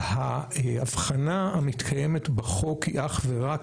ההבחנה המתקיימת בחוק היא אך ורק